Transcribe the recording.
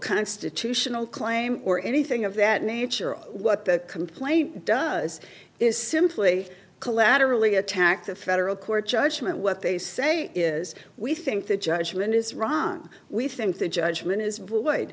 constitutional claim or anything of that nature or what the complaint does is simply collaterally attack the federal court judgment what they say is we think that judgment is wrong we think the judgment is